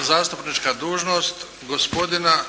zastupnička dužnost gospodina